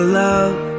love